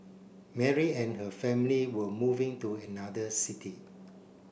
Mary and her family were moving to another city